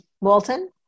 Walton